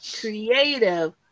creative